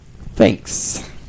Thanks